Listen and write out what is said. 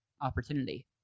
opportunity